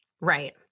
Right